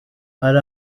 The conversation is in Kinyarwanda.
hari